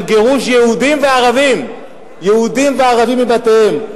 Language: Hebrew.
של גירוש יהודים וערבים, יהודים וערבים, מבתיהם.